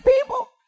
people